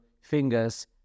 fingers